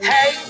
Hey